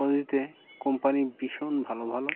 অতীতে কোম্পানির ভীষণ ভালো ভালো